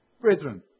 Brethren